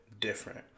different